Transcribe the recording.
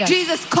Jesus